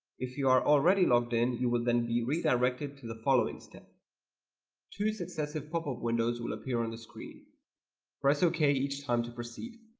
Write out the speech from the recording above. if you are already logged in, you will then be redirected to the following step two successive popup windows will appear on the screen press ok each time to proceed